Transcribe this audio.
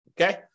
Okay